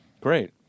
great